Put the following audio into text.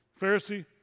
Pharisee